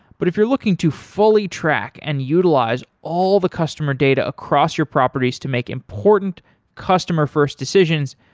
but if you're looking to fully track and utilize all the customer data across your properties to make important customer-first decisions,